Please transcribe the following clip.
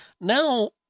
Now